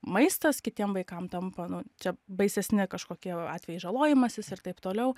maistas kitiem vaikam tampa nu čia baisesni kažkokie jau atvejai žalojimasis ir taip toliau